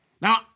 Now